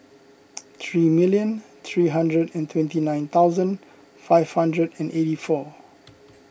three million three hundred and twenty nine thousand five hundred and eighty four